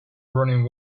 running